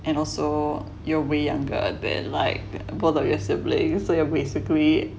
and also you're way younger than like both of your siblings so you're basically